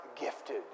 gifted